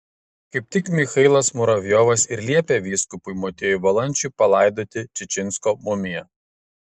kaip tik michailas muravjovas ir liepė vyskupui motiejui valančiui palaidoti čičinsko mumiją